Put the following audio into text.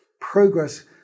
progress